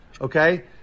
okay